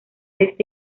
este